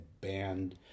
banned